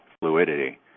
fluidity